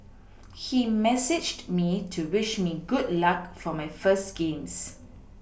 he messaged me to wish me good luck for my first games